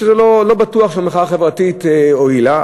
שזה לא בטוח שהמחאה החברתית הועילה,